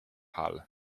hal